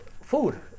Food